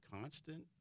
constant